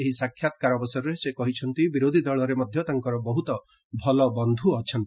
ଏହି ସାକ୍ଷାତ୍କାର ଅବସରରେ ସେ କହିଛନ୍ତି ବିରୋଧୀ ଦଳରେ ମଧ୍ୟ ତାଙ୍କର ବହୁତ ଭଲ ବନ୍ଧୁ ଅଛନ୍ତି